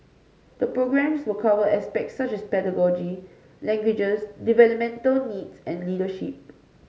the programmes will cover aspects such as pedagogy languages developmental needs and leadership